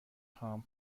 خواهم